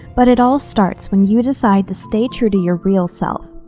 but it all starts when you decide to stay true to your real self.